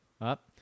Up